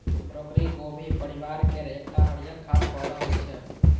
broccoli गोभी परिवार केर एकटा हरियर खाद्य पौधा होइ छै